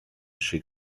chez